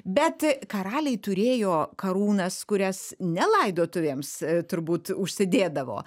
bet karaliai turėjo karūnas kurias ne laidotuvėms turbūt užsidėdavo